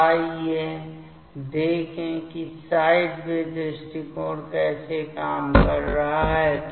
तो आइए देखें कि साइडवे दृष्टिकोण कैसे काम कर रहा है